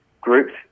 groups